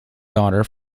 daughter